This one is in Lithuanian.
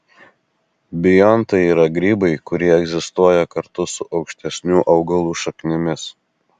biontai yra grybai kurie egzistuoja kartu su aukštesnių augalų šaknimis